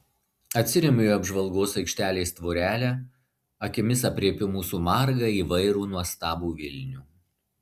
atsiremiu į apžvalgos aikštelės tvorelę akimis aprėpiu mūsų margą įvairų nuostabų vilnių